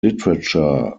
literature